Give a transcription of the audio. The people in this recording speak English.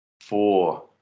four